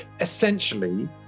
essentially